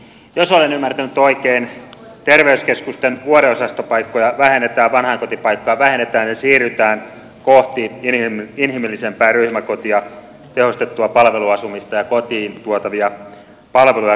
jos olen ymmärtänyt oikein terveyskeskusten vuodeosastopaikkoja vähennetään vanhainkotipaikkoja vähennetään ja siirrytään kohti inhimillisempää ryhmäkotia tehostettua palveluasumista ja kotiin tuotavia palveluja